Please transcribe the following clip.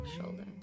shoulder